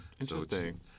Interesting